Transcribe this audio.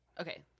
Okay